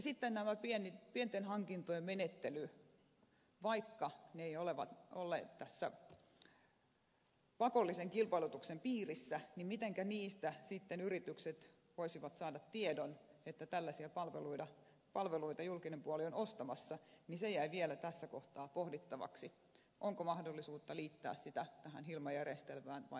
sitten tämä pienten hankintojen menettely vaikka ne eivät olleet tässä pakollisen kilpailutuksen piirissä mitenkä niistä sitten yritykset voisivat saada tiedon että tällaisia palveluita julkinen puoli on ostamassa jäi vielä tässä kohtaa pohdittavaksi onko mahdollisuutta liittää sitä tähän hilma järjestelmään vai mitenkä se tehdään